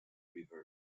river